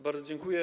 Bardzo dziękuję.